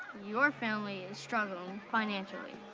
your family is struggling financially.